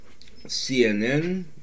CNN